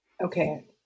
okay